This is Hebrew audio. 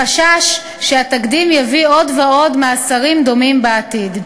מחשש שהתקדים יביא עוד ועוד מאסרים דומים בעתיד.